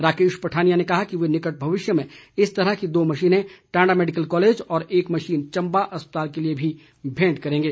राकेश पठानिया ने कहा कि वे निकट भविष्य में इस तरह की दो मशीनें टांडा मेडिकल कॉलेज और एक मशीन चंबा अस्पताल के लिए भी भेंट करेंगे